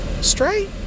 straight